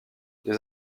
des